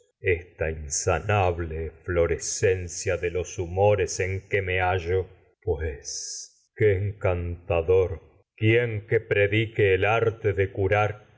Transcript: esta insanable eflorescencia de los humores en que me hallo pues qué encantador quién podrá aliviarme de seria que prac tique el arte medad aunque este de curar